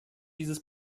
dieses